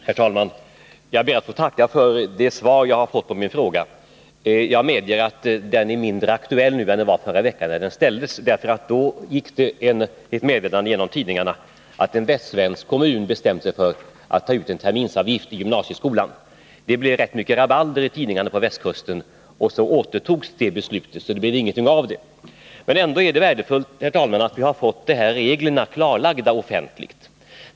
Herr talman! Jag ber att få tacka för det svar som jag har fått på min fråga. Jag medger att frågan är mindre aktuell nu än den var förra veckan, när den ställdes. Då gick nämligen ett meddelande genom tidningarna att en västsvensk kommun bestämt sig för att ta ut en terminsavgift i gymnasieskolan. Det blev ganska stort rabalder i tidningarna på västkusten, och beslutet återtogs. Det är ändå, herr talman, värdefullt att vi har fått avgiftsreglerna klarlagda offentligt.